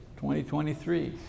2023